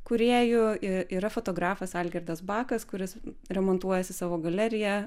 kūrėjų yra fotografas algirdas bakas kuris remontuojasi savo galeriją